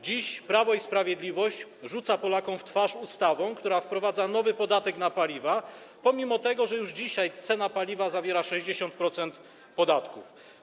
Dziś Prawo i Sprawiedliwość rzuca Polakom w twarz ustawą, która wprowadza nowy podatek na paliwa, pomimo że już dzisiaj cena paliwa zawiera 60% podatku.